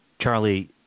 Charlie